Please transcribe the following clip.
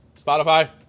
Spotify